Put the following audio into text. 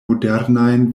modernajn